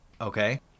Okay